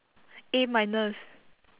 A minus